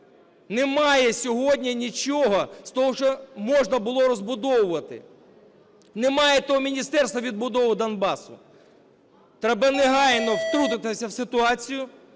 Немає сьогодні нічого з того, що можна було розбудовувати. Немає того міністерства відбудови Донбасу. Треба негайно втрутитися в ситуацію,